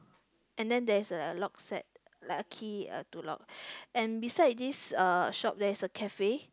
and then there's a lock set like a key uh to lock and beside this uh shop there is a cafe